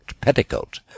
petticoat